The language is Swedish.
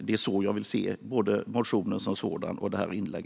Det är så jag vill se både motionen som sådan och detta inlägg.